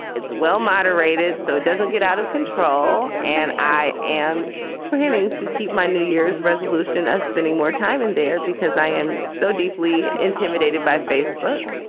it's well moderated so it doesn't get out of control. and i am planning to keep my new year's year's resolution as spending more time in there because i am so deeply intimidated by facebook.